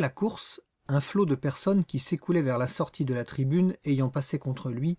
la course un flot de personnes qui s'écoulait vers la sortie de la tribune ayant passé contre lui